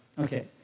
Okay